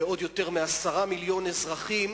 ועוד יותר מ-10 מיליוני אזרחים.